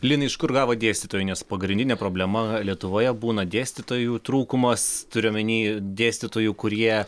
linai iš kur gavot dėstytojų nes pagrindinė problema lietuvoje būna dėstytojų trūkumas turiu omeny dėstytojų kurie